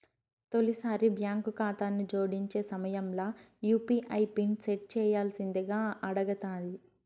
తొలిసారి బాంకు కాతాను జోడించే సమయంల యూ.పీ.ఐ పిన్ సెట్ చేయ్యాల్సిందింగా అడగతాది